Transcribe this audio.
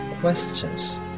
questions